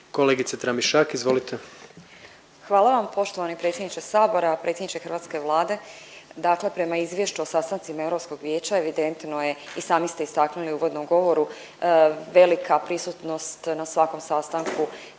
izvolite. **Tramišak, Nataša (HDZ)** Hvala vam. Poštovani predsjedniče Sabora, predsjedniče hrvatske Vlade. Dakle, prema izvješću o sastancima Europskog vijeća evidentno je i sami ste istaknuli u uvodnom govoru, velika prisutnost na svakom sastanku